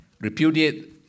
repudiate